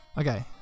Okay